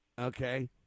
Okay